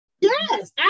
Yes